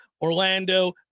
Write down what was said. Orlando